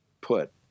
put